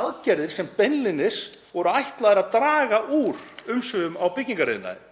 aðgerðir sem beinlínis voru ætlaðar til að draga úr umsvifum í byggingariðnaði.